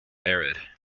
arid